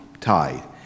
tied